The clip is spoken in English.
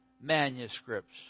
manuscripts